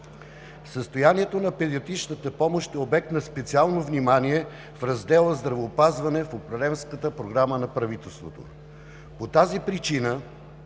Състоянието на педиатричната помощ е обект на специално внимание в раздела „Здравеопазване“ в управленската програма на правителството. По тази причина